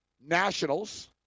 nationals